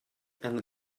and